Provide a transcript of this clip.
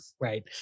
right